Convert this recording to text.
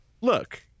look